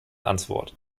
antwort